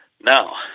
Now